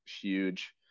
huge